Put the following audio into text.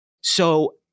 So-